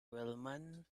wellman